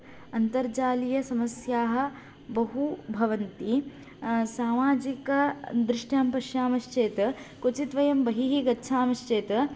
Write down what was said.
अन्तर्जालीयसमस्याः बहु भवन्ति सामाजिकदृष्ट्या पश्यामश्चेत् क्वचित्वयं बहिः गच्छामः चेत्